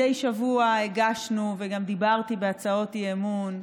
מדי שבוע הגשנו וגם דיברתי בהצעות אי-אמון,